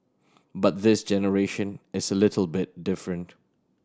but this generation it's a little bit different